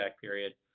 period